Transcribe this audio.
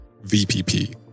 VPP